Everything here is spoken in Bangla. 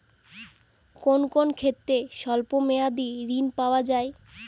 কোন কোন ক্ষেত্রে স্বল্প মেয়াদি ঋণ পাওয়া যায়?